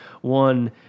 one